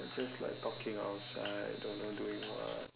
they're just like talking outside don't know doing what